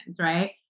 right